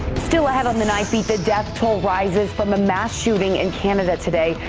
still ahead on the night beat the death toll rises from a mass shooting in canada today,